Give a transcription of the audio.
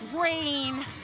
rain